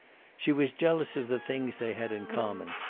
she was jealous of the things they had in common,